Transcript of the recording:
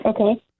Okay